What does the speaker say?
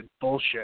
bullshit